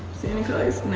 see any colors?